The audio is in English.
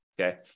okay